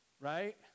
right